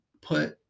put